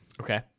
Okay